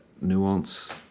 nuance